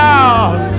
out